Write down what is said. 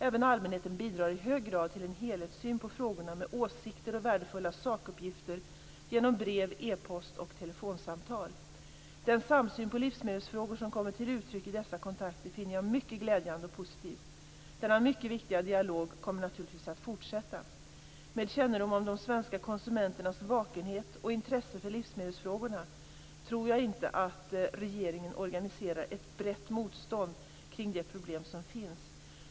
Även allmänheten bidrar i hög grad till en helhetssyn på frågorna med åsikter och värdefulla sakuppgifter genom brev, e-post och telefonsamtal. Den samsyn på livsmedelsfrågor som kommer till uttryck i dessa kontakter finner jag mycket glädjande och positiv. Denna mycket viktiga dialog kommer naturligtvis att fortsätta. Med kännedom om de svenska konsumenternas vakenhet och intresse för livsmedelsfrågorna tror jag inte att regeringen organiserar "ett brett motstånd" kring de problem som finns.